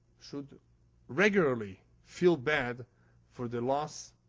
should regularly feel bad for the loss,